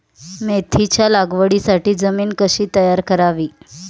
मेथीच्या लागवडीसाठी जमीन कशी तयार करावी?